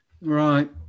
Right